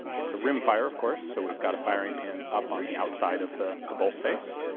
it's a rimfire of course so we've got a firing pin up on the outside of the the bolt face.